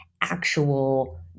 actual